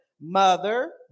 mother